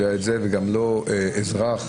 אזרח,